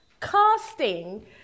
Casting